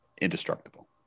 indestructible